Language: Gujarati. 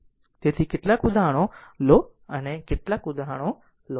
તેથી કેટલાક ઉદાહરણો લો કેટલાક ઉદાહરણો લો